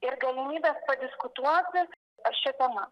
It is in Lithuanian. ir galimybės padiskutuoti šia tema